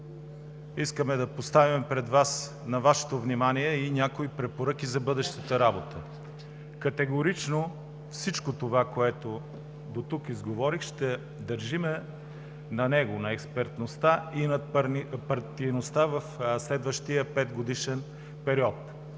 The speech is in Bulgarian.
искаме да поставим пред Вас, на Вашето внимание и някои препоръки за бъдещата работа. Категорично ще държим на всичко това, което дотук изговорих, на експертността и надпартийността в следващия петгодишен период.